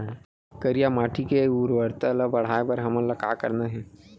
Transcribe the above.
करिया माटी के उर्वरता ला बढ़ाए बर हमन ला का करना हे?